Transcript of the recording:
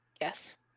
Yes